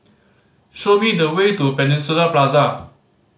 show me the way to Peninsula Plaza